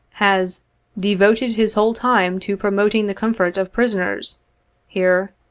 has devoted his whole time to promoting the comfort of prisoners here,